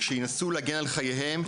שאם הם ינסו להגן על חייהם,